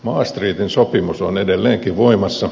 maastrichtin sopimus on edelleenkin voimassa